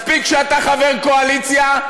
מספיק שאתה חבר קואליציה,